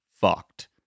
fucked